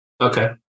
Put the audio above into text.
Okay